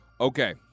Okay